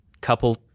couple